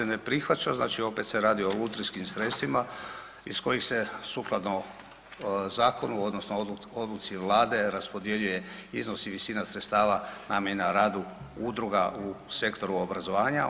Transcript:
Amandman se ne prihvaća, znači opet se radi o lutrijskim sredstvima iz kojih se sukladno zakonu odnosno odluci Vlade raspodjeljuje iznos i visina sredstava namijenjena radu udruga u sektoru obrazovanja.